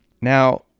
Now